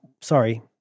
sorry